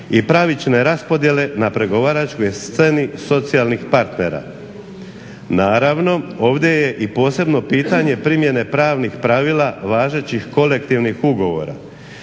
i pravične raspodjele na pregovaračkoj sceni socijalnih partnera. Naravno, ovdje je i posebno pitanje primjene pravnih pravila važećih kolektivnih ugovora